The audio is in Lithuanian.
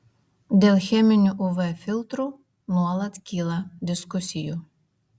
dėl cheminių uv filtrų nuolat kyla diskusijų